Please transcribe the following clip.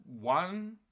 one